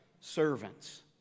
servants